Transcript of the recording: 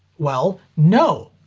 well, no!